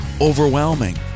overwhelming